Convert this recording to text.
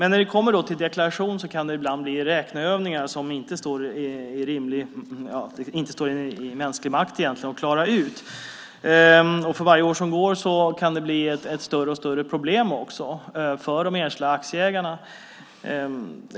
När det kommer till deklaration kan det ibland bli räkneövningar som det inte står i mänsklig makt att klara ut. För varje år som går kan det också bli ett större och större problem för de enskilda aktieägarna.